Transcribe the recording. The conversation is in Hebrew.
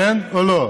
כן או לא?